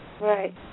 Right